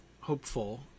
hopeful